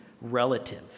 relative